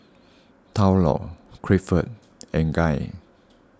Thurlow Clifford and Guy